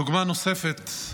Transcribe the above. דוגמה נוספת,